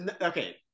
okay